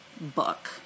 book